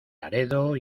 laredo